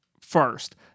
first